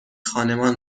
خانمان